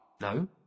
No